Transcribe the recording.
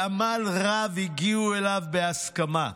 בעמל רב הגיעו אליו בהסכמה.